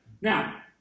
now